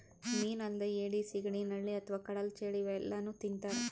ಮೀನಾ ಅಲ್ದೆ ಏಡಿ, ಸಿಗಡಿ, ನಳ್ಳಿ ಅಥವಾ ಕಡಲ್ ಚೇಳ್ ಇವೆಲ್ಲಾನೂ ತಿಂತಾರ್